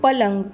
પલંગ